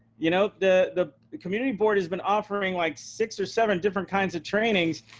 you know, the the community board has been offering like six or seven different kinds of trainings.